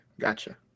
gotcha